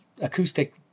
acoustic